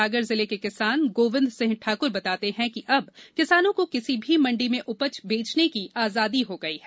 सागर जिले के किसान गोविंद सिंह ठाकुर बताते है कि अब किसानों को किसी भी मंडी में उपज बेचने की आजादी हो गई है